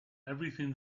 everything